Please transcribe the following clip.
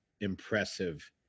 impressive